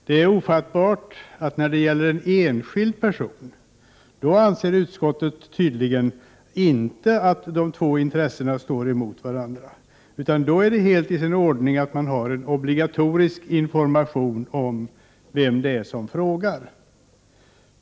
Det är ofattbart att utskottet när det gäller enskild person tydligen inte anser att två intressen står mot varandra, utan då är det är det helt i sin ordning att man ger obligatorisk information om vem som frågar.